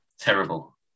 Terrible